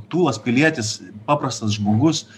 tūlas pilietis paprastas žmogus